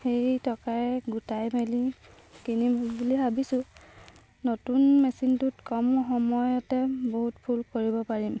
সেই টকাৰে গোটাই মেলি কিনিম বুলি ভাবিছোঁ নতুন মেচিনটোত কম সময়তে বহুত ফুল কৰিব পাৰিম